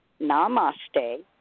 namaste